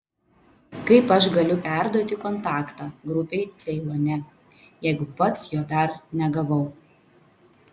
kaip aš galiu perduoti kontaktą grupei ceilone jeigu pats jo dar negavau